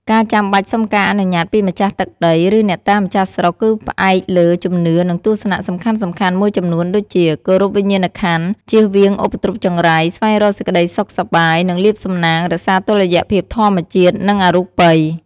ការចាំបាច់សុំការអនុញ្ញាតពីម្ចាស់ទឹកដី ឬអ្នកតាម្ចាស់ស្រុក គឺផ្អែកលើជំនឿនិងទស្សនៈសំខាន់ៗមួយចំនួនដូចជា ការគោរពវិញ្ញាណក្ខន្ធ ជៀសវាងឧបទ្រពចង្រៃ ស្វែងរកសេចក្តីសុខសប្បាយ និងលាភសំណាង រក្សាតុល្យភាពធម្មជាតិ និងអរូបិយ។